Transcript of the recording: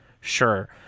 Sure